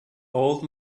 old